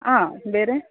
ಹಾಂ ಬೇರೆ